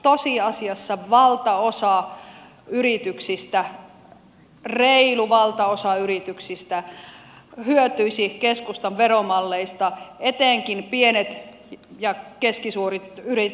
tosiasiassa valtaosa yrityksistä reilu valtaosa yrityksistä hyötyisi keskustan veromalleista etenkin pienet ja keskisuuret yritykset